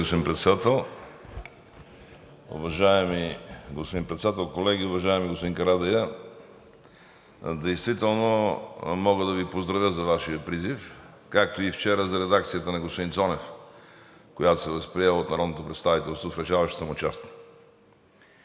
Уважаема госпожо Председател, колеги! Уважаеми господин Карадайъ, действително мога да Ви поздравя за Вашия призив, както и вчера за редакцията на господин Цонев, която се възприе от народното представителство, в решаващата му част.